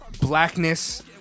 blackness